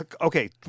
Okay